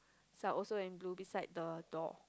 are also in blue beside the door